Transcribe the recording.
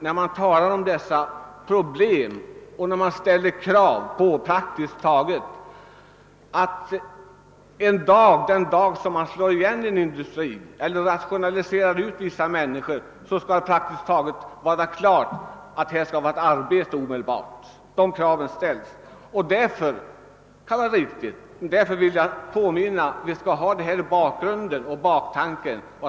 När man talar om dessa problem verkar det som om man ställer krav på att när en industri läggs ned eller rationaliseras skall de berörda människorna praktiskt taget omedelbart beredas ny sysselsättning. Därför vill jag påminna om vad som ändå sker.